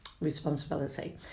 responsibility